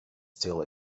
still